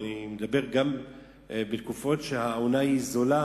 אני מדבר גם בתקופות שהעונה היא זולה,